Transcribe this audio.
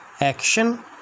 action